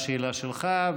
השאלה שלך,